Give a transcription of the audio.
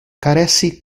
karesi